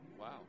wow